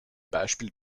beispiel